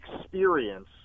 experience